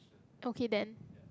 okay then